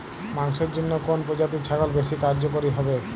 মাংসের জন্য কোন প্রজাতির ছাগল বেশি কার্যকরী হবে?